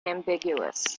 ambiguous